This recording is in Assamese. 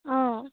অঁ